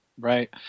Right